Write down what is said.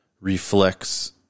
reflects